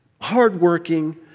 hardworking